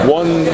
one